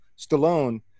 Stallone